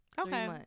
Okay